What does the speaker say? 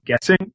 guessing